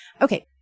Okay